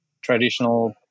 traditional